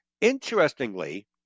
Interestingly